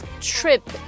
trip